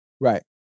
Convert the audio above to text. right